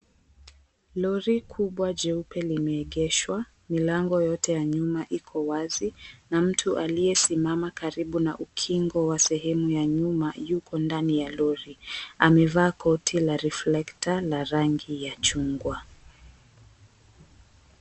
Lori kubwa jeupe limeegeshwa, milango yote ya nyuma iko wazi na mtu aliyesimama karibu na ukingo wa sehemu ya nyuma yuko ndani ya lori amevaa koti la reflector na rangi ya chungwa.